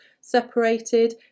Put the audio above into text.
separated